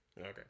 Okay